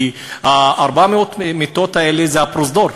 כי 400 המיטות האלה זה הפרוזדור,